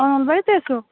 অঁ নলবাৰীতে আছোঁ